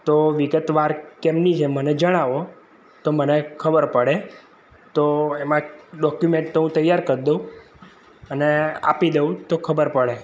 તો વિગતવાર કેમની જે મને જણાવો તો મને ખબર પડે તો એમાં ડોક્યુમેન્ટ તો હું તૈયાર કરી દઉં અને આપી દઉં તો ખબર પડે